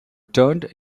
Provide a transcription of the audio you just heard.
turned